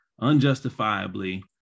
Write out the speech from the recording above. unjustifiably